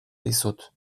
dizut